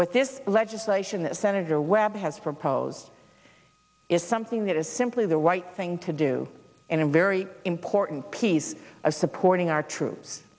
with this legislation that senator webb has proposed is something that is simply the right thing to do and a very important piece of supporting our troops